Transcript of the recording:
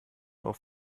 auf